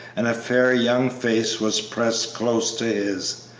and a fair young face was pressed close to his,